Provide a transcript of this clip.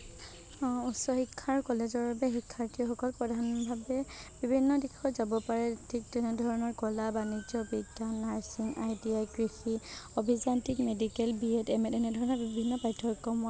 উচ্চ শিক্ষা আৰু কলেজৰ বাবে শিক্ষাৰ্থীসকল প্ৰধানভাৱে বিভিন্ন দিশত যাব পাৰে ঠিক তেনেধৰণৰ কলা বাণিজ্য বিজ্ঞান নাছিং আই টি আই কৃষি অভিযান্ত্ৰিক medical B Ed M Ed এনেধৰণৰ বিভিন্ন পাঠ্যক্ৰমৰ লগত